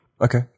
Okay